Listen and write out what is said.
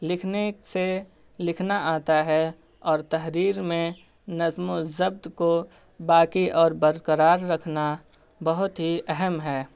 لکھنے سے لکھنا آتا ہے اور تحریر میں نظم و ضبط کو باقی اور برقرار رکھنا بہت ہی اہم ہے